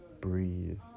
Breathe